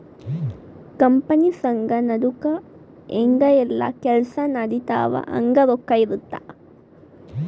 company ಸಂಘ ನಡುಕ ಹೆಂಗ ಯೆಲ್ಲ ಕೆಲ್ಸ ನಡಿತವ ಹಂಗ ರೊಕ್ಕ ಇರುತ್ತ